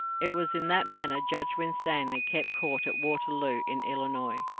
it was in that manner judge winstanley kept court at waterloo in illinois,